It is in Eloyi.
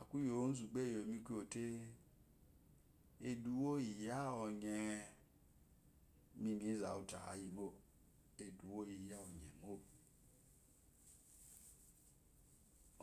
Akulu ɔzu ba eyomi kuyo te eduwo iya ɔyeimi mi zawete ayimo eduwo iya eyemó